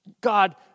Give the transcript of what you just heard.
God